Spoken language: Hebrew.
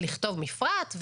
לכתוב מפרט.